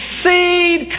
seed